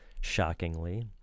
shockingly